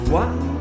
one